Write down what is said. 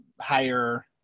higher